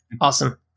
awesome